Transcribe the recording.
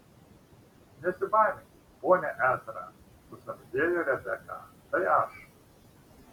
nesibaiminkit pone ezra sušnabždėjo rebeka tai aš